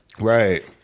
right